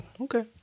Okay